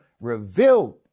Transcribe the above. revealed